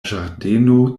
ĝardeno